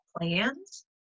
plans